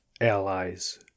allies